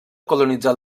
colonitzar